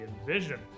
envision